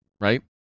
right